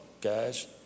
Guys